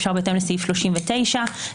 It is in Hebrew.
אפשר בהתאם לסעיף 39 לחלט,